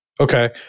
Okay